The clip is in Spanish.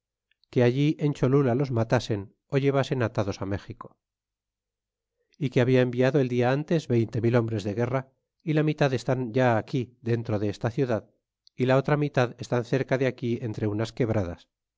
que allí en cholula los matasen ó llevasen atados méxico e que habia enviado el dia ntes veinte mil hombres de guerra y la mitad están ya aquí dentro de esta ciudad é la otra mitad estn cerca de aquí entre unas quebradas